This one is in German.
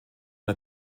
der